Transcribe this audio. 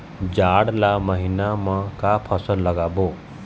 जाड़ ला महीना म का फसल लगाबो?